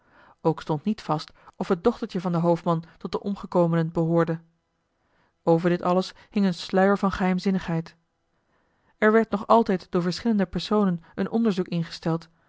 ook stond niet vast of het dochtertje van den hoofdman tot de omgekomenen behoorde over dit alles hing een sluier van geheimzinnigheid er werd nog altijd door verschillende personen een onderzoek ingesteld